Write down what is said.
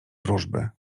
wróżby